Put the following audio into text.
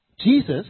Jesus